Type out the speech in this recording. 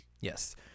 yes